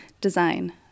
Design